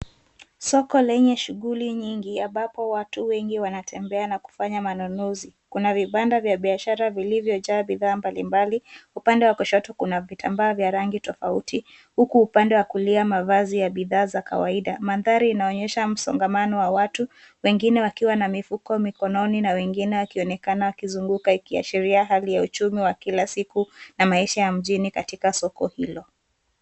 Soko lenye shughuli nyingi ambapo watu wengi wanatembea na kufanya manunuzi. Kuna vibanda vya biashara vilivyojaa bidhaa mbali mbali. Upande wa kushoto kuna vitambaa vya rangi tofauti huku upande wa kulia mavazi ya bidhaa za kawaida Mandhari inaonyesha msongangamano wa watu wengine wakiwa na mifuko mikononi na wengine wakionekana wakizunguka ikiashiria hali ya uchumi wa kila siku na maisha ya mjini katika soko hilo.